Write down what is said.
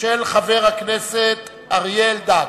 חבר הכנסת אריה אלדד.